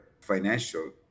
financial